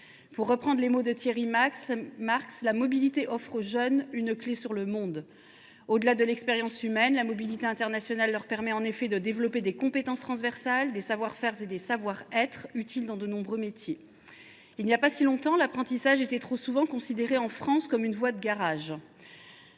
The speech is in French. Pour reprendre les mots de Thierry Marx, la mobilité internationale « offre aux jeunes une clé sur le monde ». Au delà de l’expérience humaine, elle leur permet de développer des compétences transversales, des savoir faire et des savoir être utiles dans de nombreux métiers. Il n’y a pas si longtemps, l’apprentissage était encore considéré en France comme une voie de garage